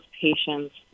patients